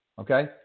Okay